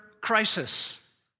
crisis